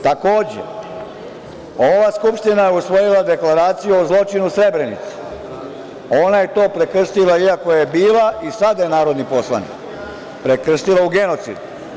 Takođe, ova Skupština je usvojila Deklaraciju o zločinu u Srebrenici, ona je to prekrstila iako je bila i sada je narodni poslanik, prekrstila u genocid.